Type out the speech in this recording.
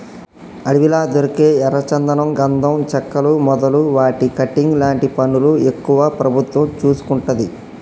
అడవిలా దొరికే ఎర్ర చందనం గంధం చెక్కలు మొదలు వాటి కటింగ్ లాంటి పనులు ఎక్కువ ప్రభుత్వం చూసుకుంటది